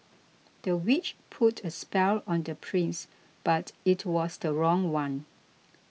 the witch put a spell on the prince but it was the wrong one